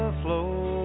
flow